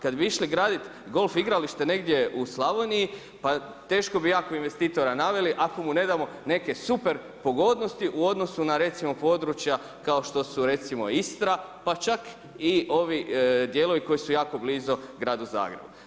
Kad bi išli graditi golf igralište negdje u Slavoniji, pa teško bi jako investitora naveli, ako mu nedamo neke super pogodnosti u odnosu na recimo područja, kao što su recimo Istra, pa čak i ovi dijelovi koji su jako blizu Gradu Zagrebu.